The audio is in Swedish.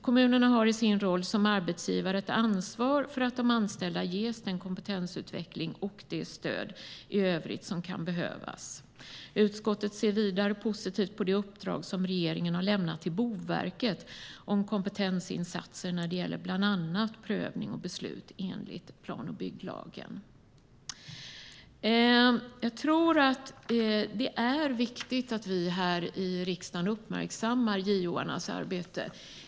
Kommunerna har i sin roll som arbetsgivare ett ansvar för att de anställda ges den kompetensutveckling och det stöd i övrigt som kan behövas. Utskottet ser vidare positivt på det uppdrag som regeringen har lämnat till Boverket om kompetensinsatser när det gäller bl.a. prövning och beslut enligt plan och bygglagen." Det är viktigt att riksdagen uppmärksammar JO:s arbete.